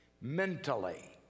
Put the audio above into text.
mentally